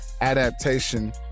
adaptation